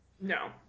No